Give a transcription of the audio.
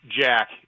Jack